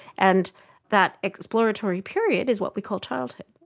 and that exploratory period is what we call childhood.